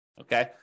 okay